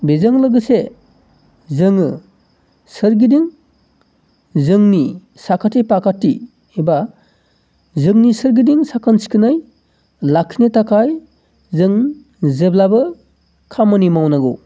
बेजों लोगोसे जोङो सोरगिदिं जोंनि साखाथि फाखाथि एबा जोंनि सोरगिदिं साखोन सिखोनै लाखिनो थाखाय जों जेब्लाबो खामानि मावनांगौ